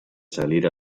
salire